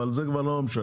אבל זה כבר לא משנה.